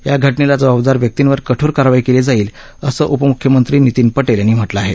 या घटनेला जबाबदार व्यक्तींवर कठोर कारवाई केली जाईल असं उपमुख्यमंत्री नितीन पटेल यांनी म्हटलं आहे